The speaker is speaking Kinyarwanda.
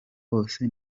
bose